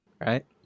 right